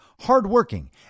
hardworking